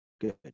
Good